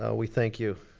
ah we thank you.